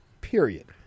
Period